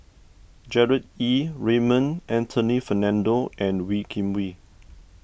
Gerard Ee Raymond Anthony Fernando and Wee Kim Wee